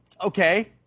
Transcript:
Okay